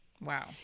Wow